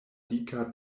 dika